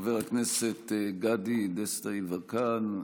חבר הכנסת גדי דסטה יברקן,